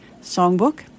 songbook